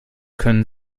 können